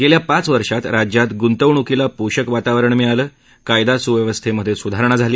गेल्या पाच वर्षात राज्यात गुंतवणूकीला पोषक वातावरण मिळालं कायदा सुव्यवस्थेमधे सुधारणा झाली